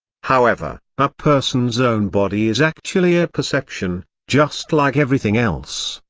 however, a person's own body is actually a perception, just like everything else,